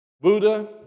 Buddha